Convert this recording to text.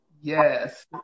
Yes